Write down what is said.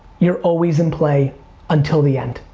you're always in play until the end.